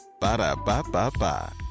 ba-da-ba-ba-ba